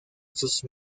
sus